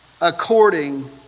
according